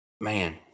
man